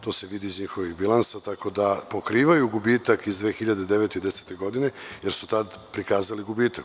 To se vidi iz njihovih bilansa, tako da pokrivaju gubitak iz 2009. i 2010. godine, jer su tada prikazali gubitak.